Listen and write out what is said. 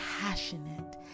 passionate